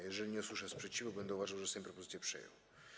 Jeżeli nie usłyszę sprzeciwu, będę uważał, że Sejm propozycję przyjął.